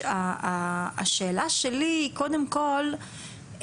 השאלה שלי קודם כל,